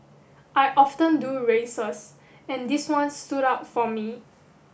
I often do races and this one stood out for me